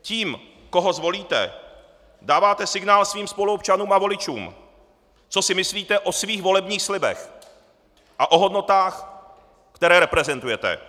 Tím, koho zvolíte, dáváte signál svým spoluobčanům a voličům, co si myslíte o svých volebních slibech a o hodnotách, které reprezentujete.